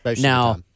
Now